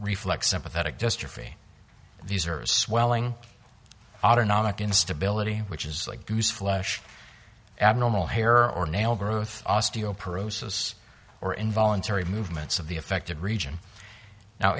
reflex sympathetic dystrophy these are swelling autonomic instability which is like gooseflesh abnormal hair or nail growth osteoporosis or involuntary movements of the affected region now